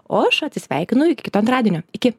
o aš atsisveikinu iki kito antradienio iki